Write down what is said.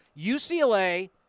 UCLA